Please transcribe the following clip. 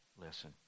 listen